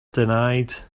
denied